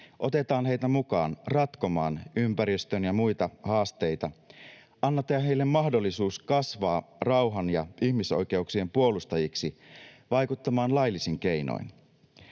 otetaan heitä mukaan ratkomaan ympäristön ja muita haasteita. Annetaan heille mahdollisuus kasvaa rauhan ja ihmisoikeuksien puolustajiksi, vaikuttamaan laillisin keinoin.